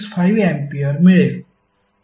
165 ampere मिळेल